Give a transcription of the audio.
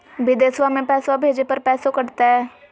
बिदेशवा मे पैसवा भेजे पर पैसों कट तय?